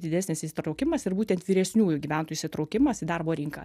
didesnis įsitraukimas ir būtent vyresniųjų gyventojų įsitraukimas į darbo rinką